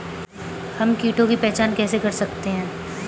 हम कीटों की पहचान कैसे कर सकते हैं?